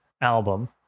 album